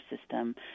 system